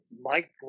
Mike